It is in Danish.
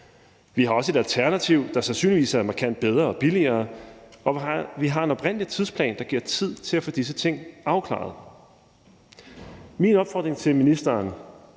Vi har også et alternativ, der sandsynligvis er markant billigere og bedre, og vi har en oprindelig tidsplan, der giver tid til at få disse ting afklaret. Min opfordring til ministeren